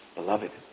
beloved